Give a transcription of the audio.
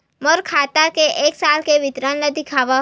मोर खाता के एक साल के विवरण ल दिखाव?